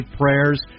prayers